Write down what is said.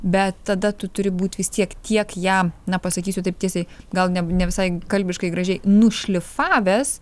bet tada tu turi būt vis tiek tiek ją na pasakysiu taip tiesiai gal ne ne visai kalbiškai gražiai nušlifavęs